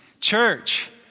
Church